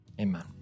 amen